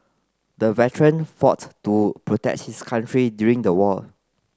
the veteran fought to protect his country during the war